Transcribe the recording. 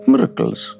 Miracles